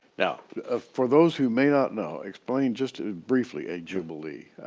now for those who may not know, explain just briefly a jubilee.